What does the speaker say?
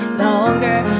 longer